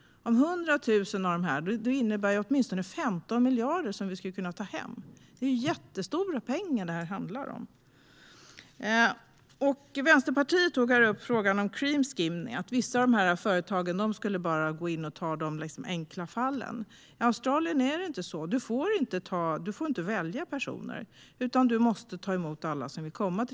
Det innebär att vi skulle kunna ta hem åtminstone 15 miljarder. Det är jättestora pengar detta handlar om. Vänsterpartiet tar upp frågan om cream skimming, alltså att vissa av företagen bara tar de enkla fallen. I Australien är det inte så. Där får man inte välja personer, utan företaget måste ta emot alla som vill komma.